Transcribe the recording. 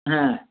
হ্যাঁ